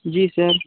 जी sir